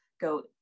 go